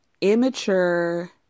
immature